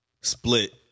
split